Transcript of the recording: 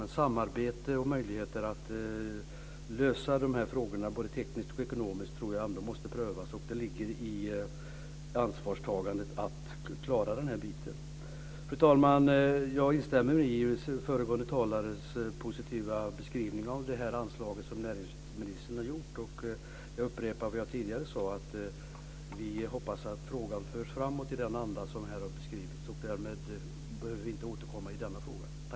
Men samarbete och möjligheter att lösa dessa frågor både tekniskt och ekonomiskt tror jag ändå måste prövas. Och det ligger i ansvarstagandet att klara detta. Fru talman! Jag instämmer i föregående talares positiva beskrivning av det anslag som näringsministern har gjort, och jag upprepar vad jag tidigare sade, att vi hoppas att frågan förs framåt i den anda som här har beskrivits. Och därmed behöver vi inte återkomma i denna fråga.